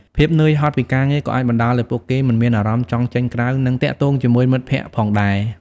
ភាពនឿយហត់ពីការងារក៏អាចបណ្ដាលឱ្យពួកគេមិនមានអារម្មណ៍ចង់ចេញក្រៅ នឹងទាក់ទងជាមួយមិត្តភក្តិផងដែរ ។